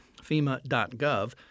fema.gov